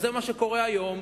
זה מה שקורה היום.